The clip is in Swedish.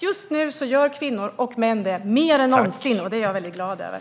Just nu gör kvinnor och män det mer än någonsin, och det är jag mycket glad över.